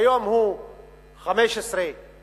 כיום הוא מונה 15 בתים,